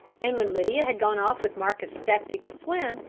and when lydia had gone off with marcus stepney to swim,